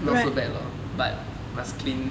not so bad lor but must clean